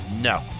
no